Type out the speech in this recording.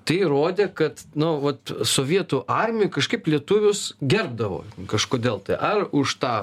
tai rodė kad no vat sovietų armijoj kažkaip lietuvius gerbdavo kažkodėl tai ar už tą